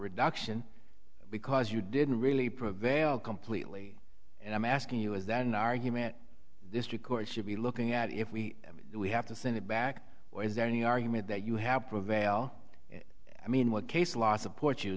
reduction because you didn't really prevail completely and i'm asking you as an argument this record should be looking at if we we have to send it back or is there any argument that you have prevail i mean what case law support